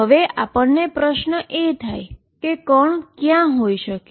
તો હવે આપણને પ્રશ્ન એ થાય કે પાર્ટીકલ ક્યાં હોઈ શકે